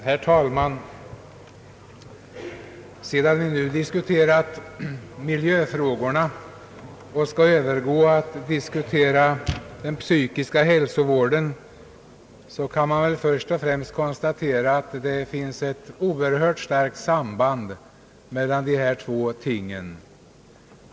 Herr talman! Sedan vi diskuterat miljöfrågorna och nu skall övergå till att diskutera den psykiska hälsovården, kan man väl först och främst konstatera att det finns ett oerhört starkt samband mellan miljö och psykisk hälsa.